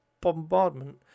bombardment